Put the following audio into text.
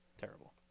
Terrible